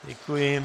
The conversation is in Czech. Děkuji.